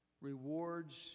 Rewards